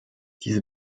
diese